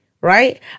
right